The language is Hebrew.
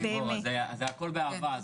זה הכל באהבה לימור,